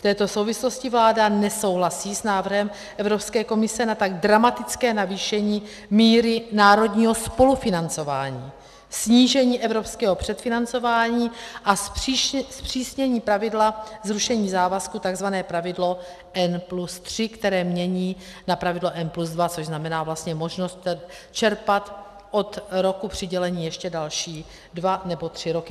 V této souvislosti vláda nesouhlasí s návrhem Evropské komise na tak dramatické navýšení míry národního spolufinancování, snížení evropského předfinancování a zpřísnění pravidla zrušení závazku tzv. pravidlo N+3, které mění na pravidlo N+2, což znamená možnost čerpat od roku přidělení ještě další dva nebo tři roky.